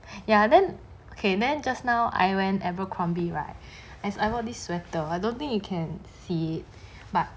ya then can then just now I went abercrombie right as I bought this sweater I don't think you can see it but